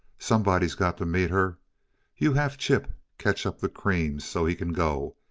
somebody's got to meet her you have chip catch up the creams so he can go.